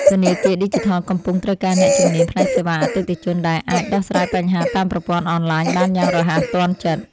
ធនាគារឌីជីថលកំពុងត្រូវការអ្នកជំនាញផ្នែកសេវាអតិថិជនដែលអាចដោះស្រាយបញ្ហាតាមប្រព័ន្ធអនឡាញបានយ៉ាងរហ័សទាន់ចិត្ត។